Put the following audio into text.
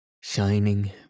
shining